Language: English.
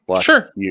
Sure